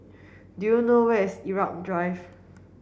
do you know where is Irau Drive